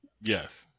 Yes